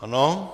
Ano.